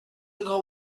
ago